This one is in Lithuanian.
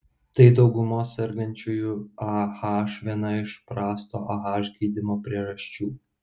tai daugumos sergančiųjų ah viena iš prasto ah gydymo priežasčių